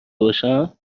باشم